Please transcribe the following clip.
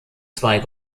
zwei